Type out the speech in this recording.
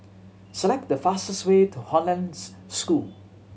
select the fastest way to Hollandse School